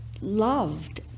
loved